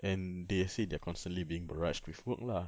and they say they're constantly being barraged with work lah